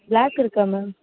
block இருக்கா ma'am